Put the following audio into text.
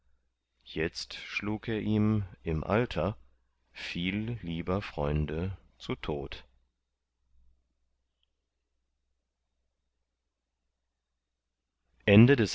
jetzt schlug er ihm im alter viel lieber freunde zu tod